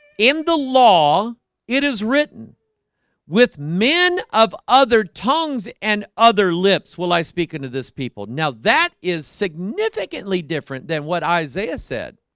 in the law it is written with men of other tongues and other lips will i speak into this people now that is significantly different than what isaiah said